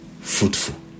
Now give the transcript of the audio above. fruitful